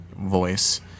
voice